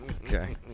okay